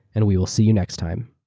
and we will see you next time